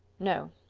no,